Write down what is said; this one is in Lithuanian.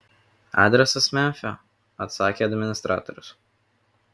adresas memfio atsakė administratorius